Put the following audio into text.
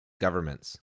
governments